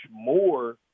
more